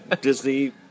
Disney